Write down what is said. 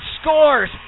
scores